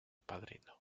padrino